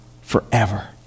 forever